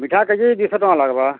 ମିଠା କେଜି ଦୁଇଶହ ଟଙ୍କା ଲାଗ୍ବା